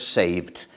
saved